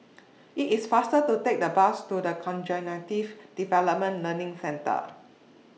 IT IS faster to Take The Bus to The Cognitive Development Learning Centre